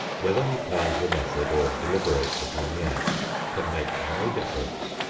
whether he plans the method or deliberates upon the act can make no difference.